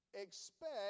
expect